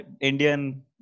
Indian